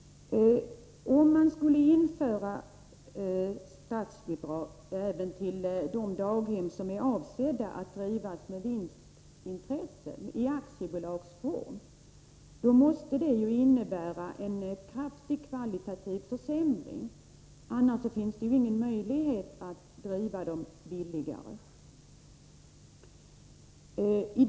Om man skulle införa statsbidrag även till de daghem som är avsedda att drivas med vinst i aktiebolagsform, måste det innebära en kraftig kvalitativ försämring — annars finns det ju ingen möjlighet att driva dem billigare.